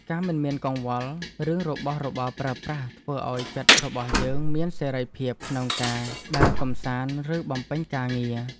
ការមិនមានកង្វល់រឿងរបស់របរប្រើប្រាស់ធ្វើឱ្យចិត្តរបស់យើងមានសេរីភាពក្នុងការដើរកម្សាន្តឬបំពេញការងារ។